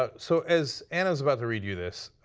ah so as ana is about to read you this,